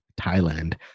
Thailand